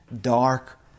dark